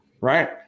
right